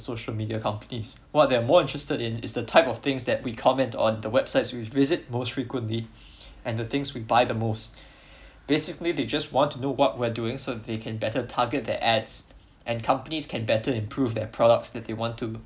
social media companies what they are more interested in is the type of things that we comment on the websites we visit most frequently and the things we buy the most basically they just want to know what we're doing so they can better target the ads and companies can better improve their products that they want to